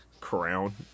crown